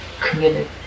committed